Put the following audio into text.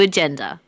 Agenda